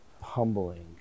humbling